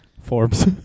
Forbes